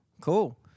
Cool